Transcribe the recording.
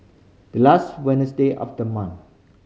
the last of the month